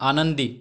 आनंदी